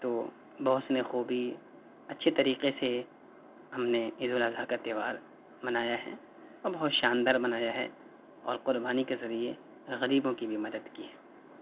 تو بحُسن خوبی اچھے طریقے سے ہم نے عید الاضحی کا تہوار منایا ہے اور بہت شاندار منایا ہے اور قربانی کے ذریعے غریبوں کی بھی مدد کی